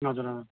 हजुर हजुर